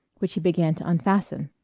which he began to unfasten.